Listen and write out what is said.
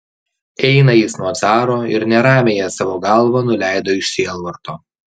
eina jis nuo caro ir neramiąją savo galvą nuleido iš sielvarto